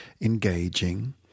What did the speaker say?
engaging